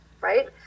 right